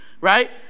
right